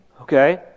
Okay